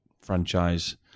franchise